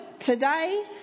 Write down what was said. today